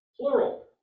plural